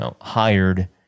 hired